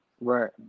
Right